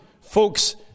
folks